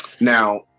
Now